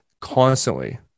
constantly